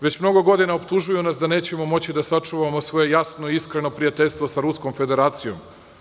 Već mnogo godina optužuju nas da nećemo moći da sačuvamo svoje jasno, iskreno prijateljstvo sa Ruskom Federacijom.